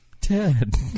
Ted